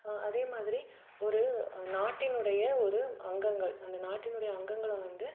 அதே மாதிரி ஒரு நாட்டினுடைய ஒரு அங்கங்கள் அந்த நாட்டினுடைய அங்கங்களை வந்து